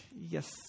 yes